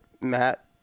Matt